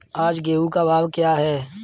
आज गेहूँ का भाव क्या है?